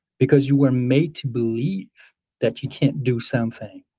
because you were made to believe that you can't do something.